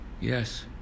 Yes